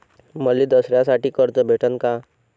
मले दसऱ्यासाठी कर्ज भेटन का?